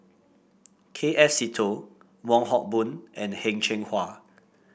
K F Seetoh Wong Hock Boon and Heng Cheng Hwa